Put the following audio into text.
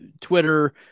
Twitter